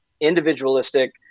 individualistic